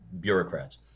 bureaucrats